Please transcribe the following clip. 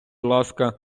ласка